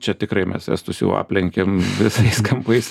čia tikrai mes estus jau aplenkėm visais kampais